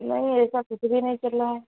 نہیں ایسا کچھ بھی نہیں چل رہا ہے